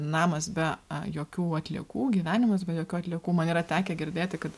namas be jokių atliekų gyvenimas be jokių atliekų man yra tekę girdėti kad